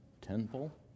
temple